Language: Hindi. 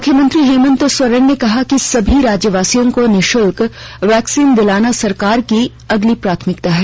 मुख्यमंत्री हेमन्त सोरेन ने कहा कि सभी राज्यवासियों को निःशुल्क वैक्सीन दिलाना सरकार की अगली प्राथमिकता है